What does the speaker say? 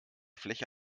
fläche